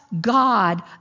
God